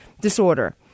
disorder